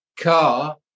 car